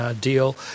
deal